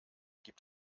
gibt